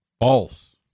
False